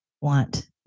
want